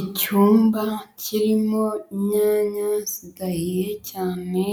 Icyumba kirimo inyanya zidahiye cyane,